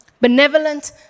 Benevolent